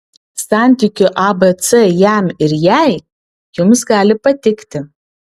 santykių abc jam ir jai jums gali patikti